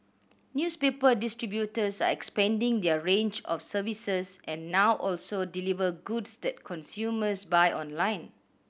newspaper distributors are expanding their range of services and now also deliver goods that consumers buy online